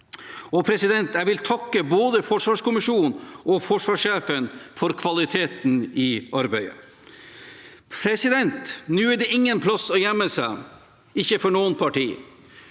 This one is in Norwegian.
tyngde. Jeg vil takke både forsvarskommisjonen og forsvarssjefen for kvaliteten i arbeidet. Nå er det ingen plass å gjemme seg, ikke for noe parti.